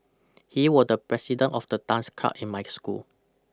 he was the president of the dance club in my school